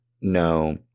No